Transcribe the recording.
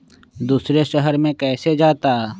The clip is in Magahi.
दूसरे शहर मे कैसे जाता?